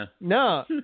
no